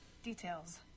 Details